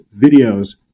videos